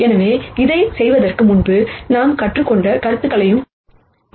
எனவே இதைச் செய்வதற்கு முன்பு நாம் கற்றுக்கொண்ட கருத்துகளைப் பயன்படுத்தப் போகிறோம்